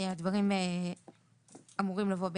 הדברים אמורים לבוא ביחד.